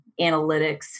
analytics